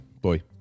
boy